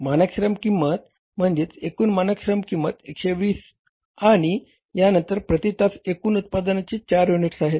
मानक श्रम किंमत म्हणजे एकूण मानक श्रम किंमत 120 आणि यानंतर प्रती तास एकूण उत्पादन 4 युनिट्स आहे